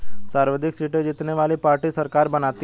सर्वाधिक सीटें जीतने वाली पार्टी सरकार बनाती है